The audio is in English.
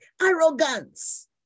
arrogance